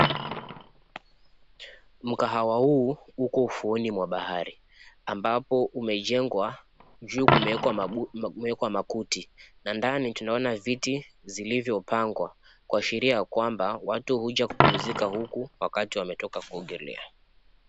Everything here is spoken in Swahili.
Mkahawa huu uko ufuoni mwa bahari ambapo umejengwa, ju kumewekwa makuti na ndani tunaona viti zilivyopangwa kuashiria kwamba watu huja kupumzika huku wakati wametoka kuongelea.